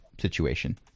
situation